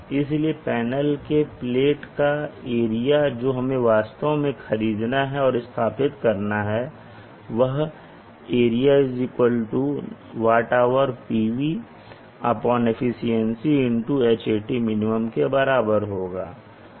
इसलिए पैनल के प्लेट का एरिया जो हमें वास्तव में खरीदना और स्थापित करना है वह A WHPV ɳ के बराबर होगा